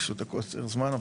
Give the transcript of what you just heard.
בשל קוצר זמן,